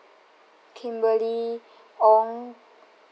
kimberly ong